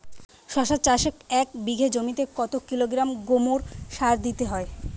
শশা চাষে এক বিঘে জমিতে কত কিলোগ্রাম গোমোর সার দিতে হয়?